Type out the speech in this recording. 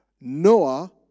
Noah